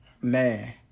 man